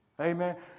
Amen